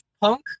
punk